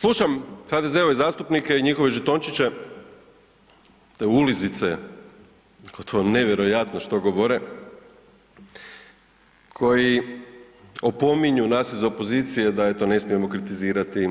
Slušam HDZ-ove zastupnike i njihove žetončiće, te ulizice, gotovo nevjerojatno što govore, koji opominju nas iz opozicije da eto ne smijemo kritizirati,